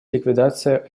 ликвидация